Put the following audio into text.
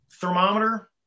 thermometer